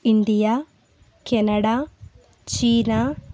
India Canada China